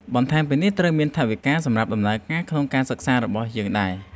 បន្ថែមពីនេះត្រូវមានថវិកាសម្រាប់ដំណើរការក្នុងការសិក្សារបស់យើងដែរ។